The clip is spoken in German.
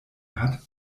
hat